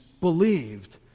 believed